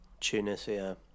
Tunisia